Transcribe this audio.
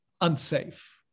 unsafe